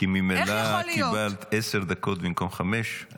כי ממילא קיבלת עשר דקות במקום חמש,